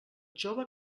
jove